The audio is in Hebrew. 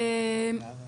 עוד מישהו רוצה להעיר משהו?